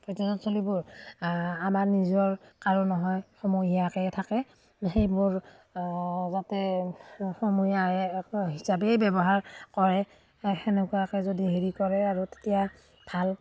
পৰ্যটনস্থলীবোৰ আমাৰ নিজৰ কাৰো নহয় সমহীয়াকৈয়ে থাকে সেইবোৰ যাতে সমূহীয়াই হিচাপেই ব্যৱহাৰ কৰে সেনেকুৱাকৈ যদি হেৰি কৰে আৰু তেতিয়া ভাল